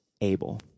able